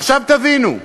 עכשיו תבינו,